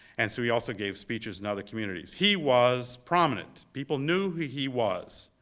and so he also gave speeches in other communities. he was prominent. people knew who he was.